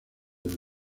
del